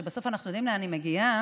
שבסוף אנחנו יודעים לאן היא מגיעה.